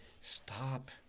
stop